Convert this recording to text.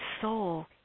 soul